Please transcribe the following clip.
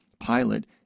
Pilate